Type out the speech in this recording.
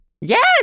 Yes